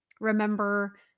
remember